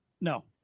No